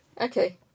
Okay